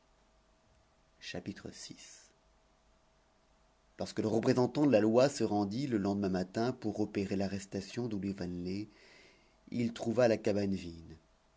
vi lorsque le représentant de la loi se rendit le lendemain matin pour opérer l'arrestation de louis vanelet il trouva la cabane vide